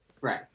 Right